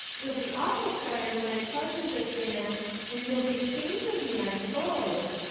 you'll be awful sorry when i tell you this, anne and you'll be shamed of me, i s'pose.